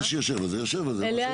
אוקיי מה שיושב על זה, יושב על זה.